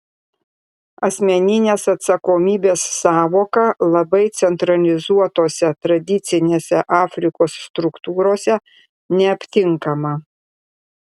asmeninės atsakomybės sąvoka labai centralizuotose tradicinėse afrikos struktūrose neaptinkama